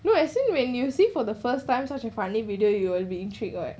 no as in when you see for the first time such she finally video you will be intrigued right